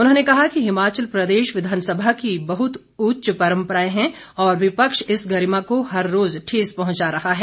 उन्होंने कहा कि हिमाचल प्रदेश विधानसभा की बहुत उच्च पंरपराएं हैं और विपक्ष इस गरिमा को हर रोज ठेस पहुंचा रहा है